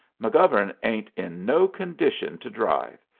mcgovern ain't in no condition to drive.